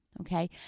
Okay